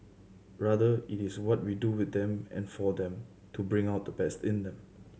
rather it is what we do with them and for them to bring out the best in them